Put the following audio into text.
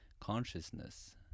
consciousness